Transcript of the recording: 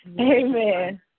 Amen